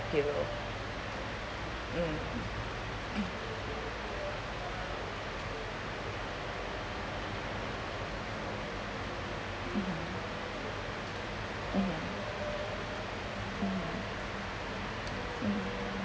pillow mm mmhmm mmhmm mmhmm